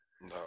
no